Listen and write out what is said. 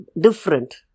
different